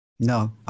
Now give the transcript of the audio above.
No